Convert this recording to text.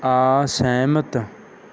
ਅਸਹਿਮਤ